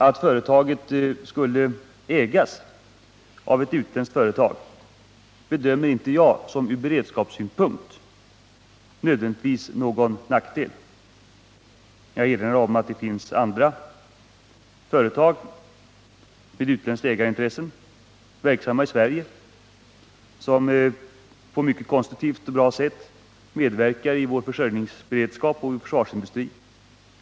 Att företaget skulle ägas av ett utländskt företag är enligt min bedömning inte nödvändigtvis någon nackdel från beredskapssynpunkt. Jag erinrar om att det finns andra företag med utländska ägarintressen som är verksamma i Sverige och som på ett mycket konstruktivt och bra sätt medverkar i vår försörjningsberedskap och vår försvarsindustri.